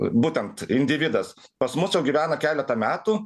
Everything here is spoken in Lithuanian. būtent individas pas mus jau gyvena keletą metų